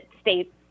states